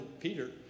Peter